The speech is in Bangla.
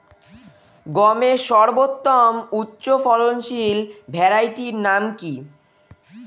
গমের সর্বোত্তম উচ্চফলনশীল ভ্যারাইটি নাম কি?